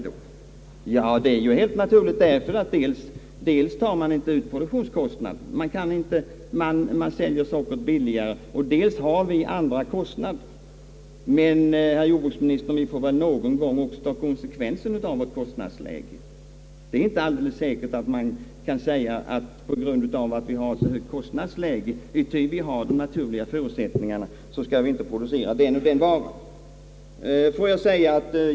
Frågan är lätt att besvara, dels säljer uländerna sockret under produktionskostnaden, dels har vi betydligt högre kostnader än de. Men vi får väl någon gång ta konsekvensen av vårt kostnadsläge. Det är inte säkert att vi på grund av att vi har ett högt kostnadsläge alltid kan säga att vi inte bör producera den eller den varan.